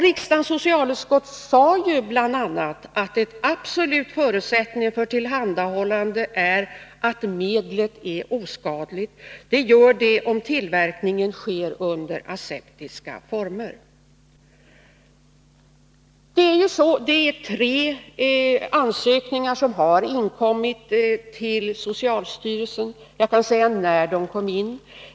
Vidare har socialutskottet bl.a. uttalat att en absolut förutsättning för tillhandahållande av medlet är att detta är oskadligt. Det är möjligt, om tillverkningen sker i aseptiska former. Tre ansökningar har alltså inkommit till socialstyrelsen, och jag kan säga när dessa kom in.